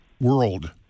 world